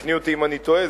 תקני אותי אם טועה.